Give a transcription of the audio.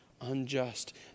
unjust